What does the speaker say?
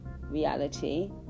reality